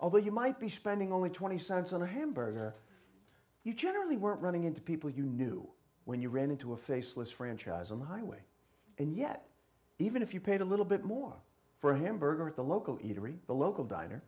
although you might be spending only zero dollars twenty cents on a hamburger you generally weren't running into people you knew when you ran into a faceless franchise on the highway and yet even if you paid a little bit more for him burger at the local eatery the local diner